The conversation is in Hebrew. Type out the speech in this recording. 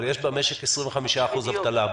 אבל יש במשק 25% אבטלה.